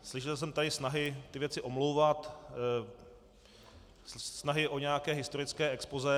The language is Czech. Slyšel jsem tady snahy ty věci omlouvat, snahy o nějaké historické expozé.